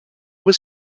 was